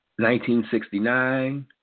1969